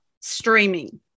streaming